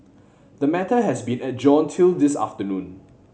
the matter has been adjourned till this afternoon